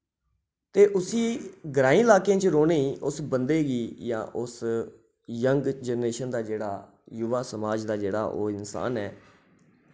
ते उसी ग्राईं इलाकें च रौह्ने ई उस बंदे गी जां उस यंग जनरेशन दा जेह्ड़ा युवा समाज दा जेह्ड़ा ओह् इंसान ऐ